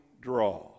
draw